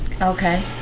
Okay